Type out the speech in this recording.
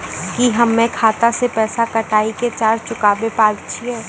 की हम्मय खाता से पैसा कटाई के कर्ज चुकाबै पारे छियै?